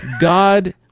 God